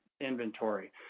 inventory